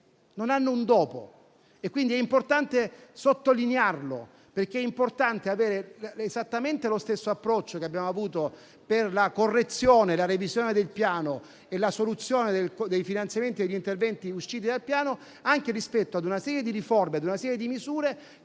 non hanno un dopo. È importante sottolinearlo, perché è fondamentale avere esattamente lo stesso approccio che abbiamo avuto per la correzione e la revisione del Piano e per la soluzione per il finanziamento degli interventi usciti dal Piano, anche rispetto a una serie di riforme e misure